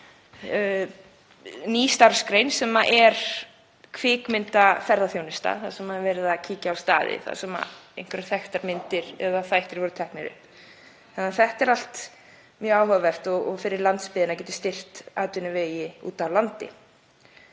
ný starfsgrein sem er kvikmyndaferðaþjónusta þar sem er verið að kíkja á staði þar sem einhverjar þekktar myndir eða þættir voru teknir upp. Þetta er allt mjög áhugavert fyrir landsbyggðina og getur styrkt atvinnuvegina úti á landi.